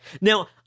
Now